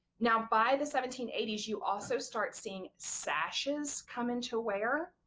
now by the seventeen eighty s you also start seeing sashes come into wear.